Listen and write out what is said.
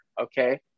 okay